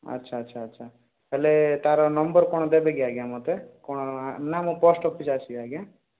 ଆଚ୍ଛା ଆଚ୍ଛା ଆଚ୍ଛା ତା'ହେଲେ ତା'ର ନମ୍ବର୍ କ'ଣ ଦେବେ କି ଆଜ୍ଞା ମୋତେ କ'ଣ ନା ମୁଁ ପୋଷ୍ଟ୍ ଅଫିସ୍ ଆସିବି ଆଜ୍ଞା